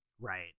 Right